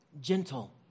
gentle